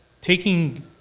taking